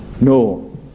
No